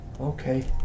Okay